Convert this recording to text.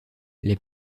les